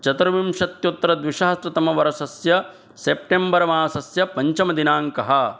चतुर्विंशत्युत्तरद्विसहस्रतमवर्षस्य September मासस्य पञ्चमदिनाङ्कः